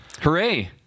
Hooray